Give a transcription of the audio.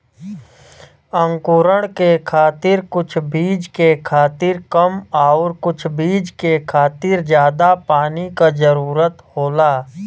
अंकुरण के खातिर कुछ बीज के खातिर कम आउर कुछ बीज के खातिर जादा पानी क जरूरत होला